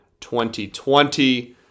2020